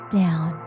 down